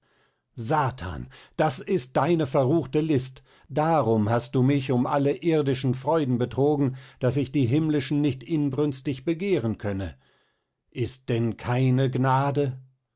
satan daß ist deine verruchte list darum hast du mich um alle irdischen freuden betrogen daß ich die himmlischen nicht inbrünstig begehren könne ist denn keine gnade